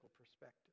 perspective